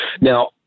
Now